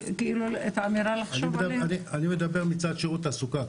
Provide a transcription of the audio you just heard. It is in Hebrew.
אני מדבר מצד שירות התעסוקה.